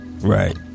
Right